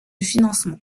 financement